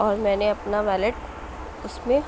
اور میں نے اپنا والیٹ اُس میں